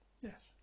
yes